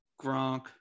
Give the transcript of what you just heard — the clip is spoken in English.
Gronk